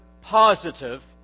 positive